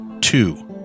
two